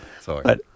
Sorry